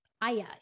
Aya